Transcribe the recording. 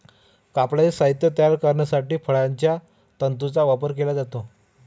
कापडाचे साहित्य तयार करण्यासाठी फळांच्या तंतूंचा वापर केला जातो